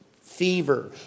fever